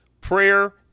Prayer